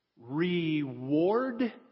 Reward